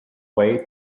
way